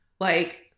Like-